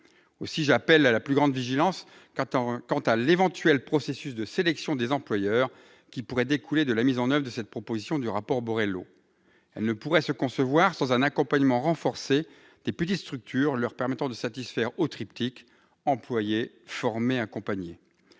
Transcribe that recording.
Aussi, j'appelle à la plus grande vigilance quant à l'éventuel processus de sélection des employeurs qui pourrait découler de la mise en oeuvre de la proposition du rapport Borello. Elle ne pourrait se concevoir sans un accompagnement renforcé des petites structures, leur permettant de satisfaire au triptyque « employer, former, accompagner ».